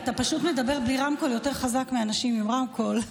אתה פשוט מדבר בלי רמקול חזק יותר מאנשים עם רמקול,